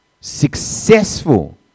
successful